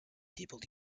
people